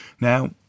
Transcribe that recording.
Now